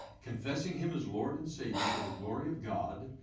confessing him as lord and savior to the glory of god.